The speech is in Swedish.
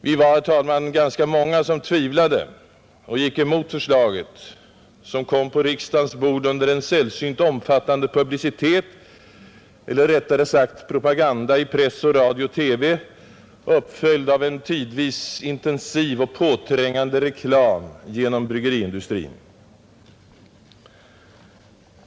Vi var ganska många som tvivlade och gick emot förslaget, vilket lades på riksdagens bord under en sällsynt omfattande publicitet eller rättare sagt propaganda i press, radio och TV, uppföljd av en tidvis intensiv och påträngande reklam genom bryggeriindustrin.